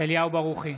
אליהו ברוכי,